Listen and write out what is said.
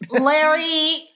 Larry